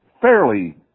fairly